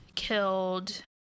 killed